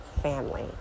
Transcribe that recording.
family